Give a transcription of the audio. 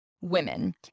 women